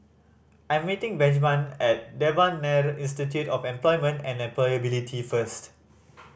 I'm meeting Benjman at Devan Nair Institute of Employment and Employability first